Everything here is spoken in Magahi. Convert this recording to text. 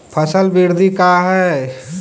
फसल वृद्धि का है?